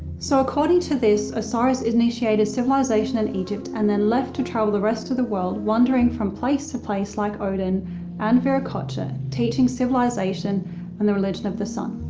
so according to this, osiris initiated civilization in egypt and then left to travel the rest of the world, wandering from place to place, like odin and viracocha, teaching civilization and the religion of the sun.